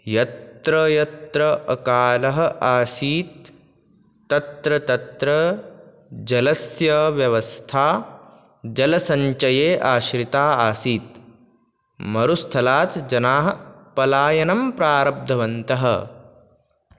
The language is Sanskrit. यत्र यत्र अकालः आसीत् तत्र तत्र जलस्य व्यवस्था जलसञ्चये आश्रिता आसीत् मरुस्थलात् जनाः पलायनं प्रारब्धवन्तः